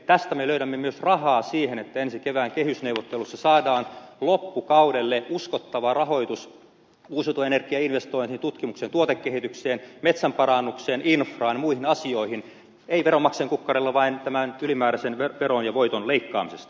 tästä me löydämme myös rahaa siihen että ensi kevään kehysneuvottelussa saadaan loppukaudelle uskottava rahoitus uusiutuvan energian investointeihin tutkimukseen ja tuotekehitykseen metsänparannukseen infraan muihin asioihin ei veronmaksajan kukkarolla vaan tämän ylimääräisen veron ja voiton leikkaamisesta